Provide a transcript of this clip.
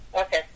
Okay